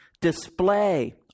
Display